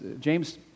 James